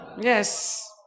Yes